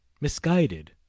misguided